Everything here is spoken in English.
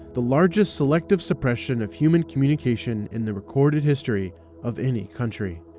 the largest selective suppression of human communication in the recorded history of any country,